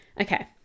okay